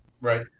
Right